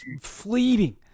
fleeting